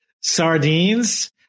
sardines